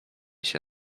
się